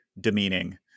demeaning